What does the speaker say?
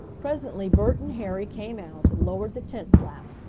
presently bert and harry came out and lowered the tent flap,